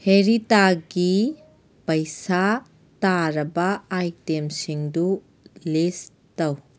ꯍꯦꯔꯤꯇꯥꯒꯤ ꯄꯩꯁꯥ ꯇꯥꯔꯕ ꯑꯥꯏꯇꯦꯝꯁꯤꯡꯗꯨ ꯂꯤꯁ ꯇꯧ